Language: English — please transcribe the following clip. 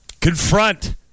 confront